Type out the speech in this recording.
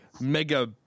mega